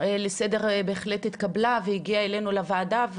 לסדר בהחלט התקבלה והגיעה אלינו לוועדה.